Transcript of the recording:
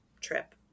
trip